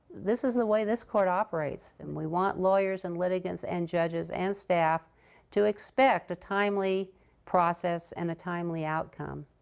this is the way this court operates. we want lawyers, and litigants, and judges, and staff to expect a timely process and a timely outcome.